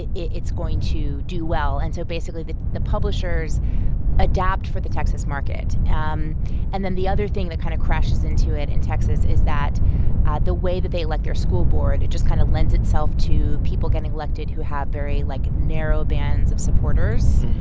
it's going to do well. and so basically, the the publishers adapt for the texas market. um and then the other thing that kind of crashes into it in texas is that and the way that they elect their school board, it just kind of lends itself to people getting elected who have very, like, narrow bands of supporters,